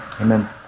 Amen